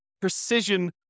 precision